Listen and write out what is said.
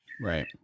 Right